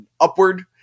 upward